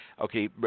Okay